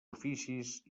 oficis